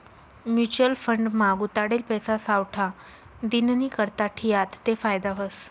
mutual fund मा गुताडेल पैसा सावठा दिननीकरता ठियात ते फायदा व्हस